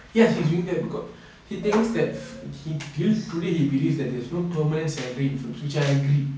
yes he's doing that because he thinks that still today he believes that there's no permanent salary in film which I agree